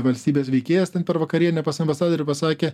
valstybės veikėjas ten per vakarienę pas ambasadorių pasakė